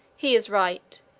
he is right.